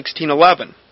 1611